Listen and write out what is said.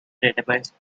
database